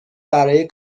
برای